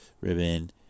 Ribbon